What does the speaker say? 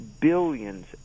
billions